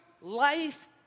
life